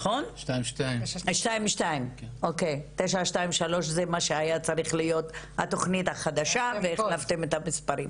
922. 923 זה מה שהיה צריך להיות התוכנית החדשה והחלפתם את המספרים.